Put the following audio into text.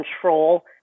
control